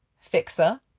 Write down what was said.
fixer